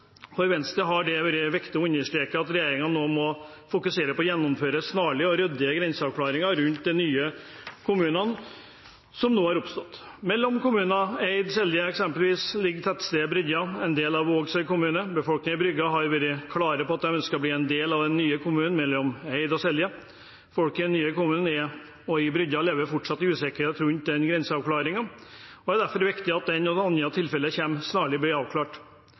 For Venstre har det vært viktig å understreke at regjeringen nå må fokusere på å gjennomføre snarlige og ryddige grenseavklaringer rundt de nye kommunene som nå har oppstått. For eksempel ligger tettstedet Bryggja, som er en del av Vågsøy kommune, mellom kommunene Eid og Selje. Befolkningen i Bryggja har vært klare på at de ønsker å bli en del av den nye kommunen mellom Eid og Selje. Folk i den nye kommunen og i Bryggja lever fortsatt i usikkerhet når det gjelder den grenseavklaringen. Det er derfor viktig at dette og andre tilfeller snarlig blir avklart. Venstre legger til grunn at den